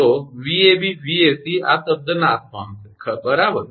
તો 𝑉𝑎𝑏 𝑉𝑎𝑐 આ શબ્દ નાશ પામશે બરાબર